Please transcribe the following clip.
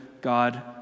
God